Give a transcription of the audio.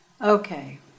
okay